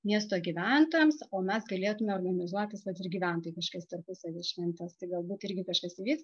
miesto gyventojams o mes galėtume organizuotis vat ir gyventojai kažkokias tarpusavyje šventes tai galbūt irgi kažkas įvyks